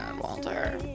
Walter